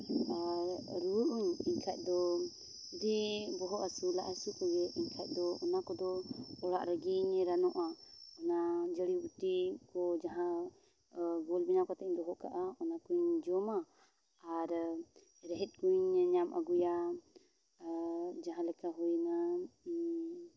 ᱟᱨ ᱨᱩᱣᱟᱹᱜ ᱟᱹᱧ ᱮᱱᱠᱷᱟᱡ ᱫᱚ ᱡᱮ ᱵᱚᱦᱚᱜ ᱦᱟᱹᱥᱩ ᱞᱟᱡ ᱦᱟᱹᱥᱩ ᱠᱚᱜᱮ ᱮᱱᱠᱷᱟᱡ ᱫᱚ ᱚᱱᱟ ᱠᱚᱫᱚ ᱚᱲᱟᱜ ᱨᱮᱜᱮᱧ ᱨᱟᱱᱚᱜᱼᱟ ᱚᱱᱟ ᱡᱟᱹᱲᱤ ᱵᱩᱴᱤ ᱠᱚ ᱡᱟᱦᱟᱸ ᱜᱳᱞ ᱵᱮᱱᱟᱣ ᱠᱟᱛᱮ ᱤᱧ ᱫᱚᱦᱚ ᱠᱟᱜᱼᱟ ᱚᱱᱟ ᱠᱚᱧ ᱡᱚᱢᱟ ᱟᱨ ᱨᱮᱸᱦᱮᱫ ᱠᱚᱧ ᱧᱟᱢ ᱟᱹᱜᱩᱭᱟ ᱟᱨ ᱡᱟᱦᱟᱸ ᱞᱮᱠᱟ ᱦᱩᱭᱱᱟ